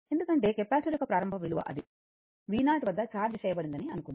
ఎందుకంటే కెపాసిటర్ యొక్క ప్రారంభ విలువ అది v0 వద్ద ఛార్జ్ చేయబడిందని అనుకుందాం